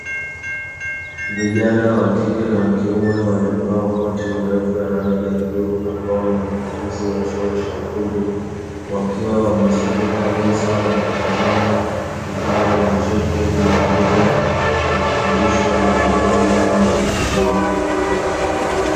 Vijana wa kike na wa kiume waliovaa makoti marefu ya rangi ya bluu, ambao ni wanafunzi wa chuo cha ufundi, wakiwa wamezunguka meza, wakitazama kifaa kilichopo juu ya meza, wakifundishwa na mwalimu namna ya kutumia.